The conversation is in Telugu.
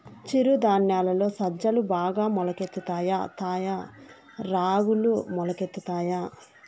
చిరు ధాన్యాలలో సజ్జలు బాగా మొలకెత్తుతాయా తాయా రాగులు మొలకెత్తుతాయా